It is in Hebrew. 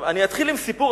אני אתחיל עם סיפור,